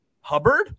Hubbard